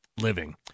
living